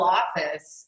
office